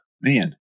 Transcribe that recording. man